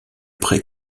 près